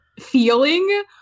feeling